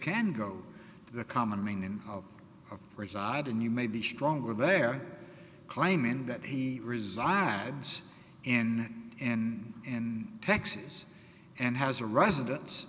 can go the common meaning of reside and you may be stronger there claiming that he resides in an in texas and has a residence